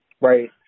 right